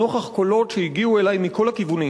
נוכח קולות שהגיעו אלי מכל הכיוונים